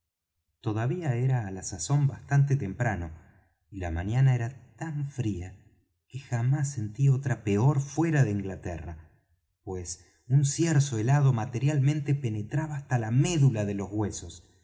todavía era á la sazón bastante temprano y la mañana era tan fría que jamás sentí otra peor fuera de inglaterra pues un cierzo helado materialmente penetraba hasta la médula de los huesos